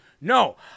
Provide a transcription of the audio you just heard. No